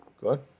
good